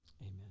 Amen